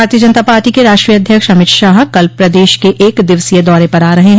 भारतीय जनता पार्टी के राष्ट्रीय अध्यक्ष अमित शाह कल प्रदेश के एक दिवसीय दौरे पर आ रहे हैं